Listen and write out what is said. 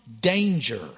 danger